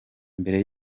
mbere